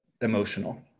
emotional